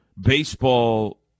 baseball